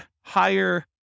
higher